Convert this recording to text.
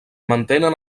mantenen